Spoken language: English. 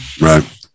Right